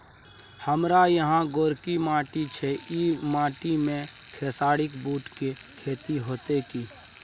हमारा यहाँ गोरकी माटी छै ई माटी में खेसारी, बूट के खेती हौते की?